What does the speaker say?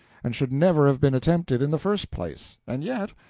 and should never have been attempted in the first place. and yet,